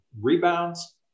rebounds